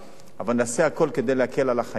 אבל נעשה הכול כדי להקל על החיים שלהם